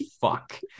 fuck